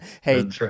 hey